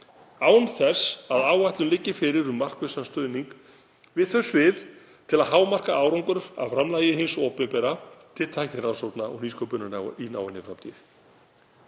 án þess að áætlun liggi fyrir um markvissan stuðning við þau svið til að hámarka árangur af framlagi hins opinbera til tæknirannsókna og nýsköpunar í náinni framtíð.